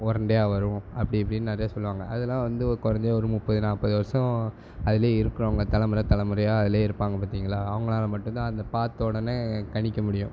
ஒரண்டையா வரும் அப்படி இப்படின்னு நிறையா சொல்லுவாங்க அதெல்லாம் வந்து ஒரு குறஞ்சது ஒரு முப்பது நாற்பது வருஷம் அதிலே இருக்கிறவங்க தலைமுறை தலைமுறையாக அதிலே இருப்பாங்கள் பார்த்தீங்களா அவங்களால மட்டுந்தான் அதை பார்த்தவொடனே கணிக்க முடியும்